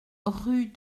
rue